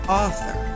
author